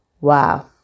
Wow